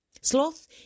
Sloth